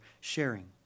sharing